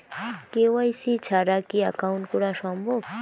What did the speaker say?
KYC ছাড়া কি account করা সম্ভব?